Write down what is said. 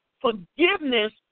Forgiveness